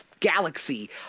galaxy